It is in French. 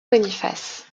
boniface